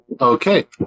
Okay